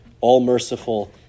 all-merciful